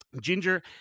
Ginger